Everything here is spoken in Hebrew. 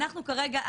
אנחנו כרגע,